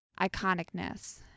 iconicness